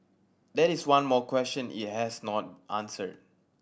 that is one more question it has not answered